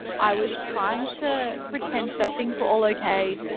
i was trying to pretend that things were all okay.